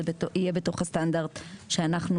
זה יהיה בתוך הסטנדרט שאנחנו,